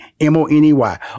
M-O-N-E-Y